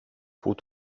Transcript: που